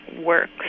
works